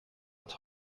att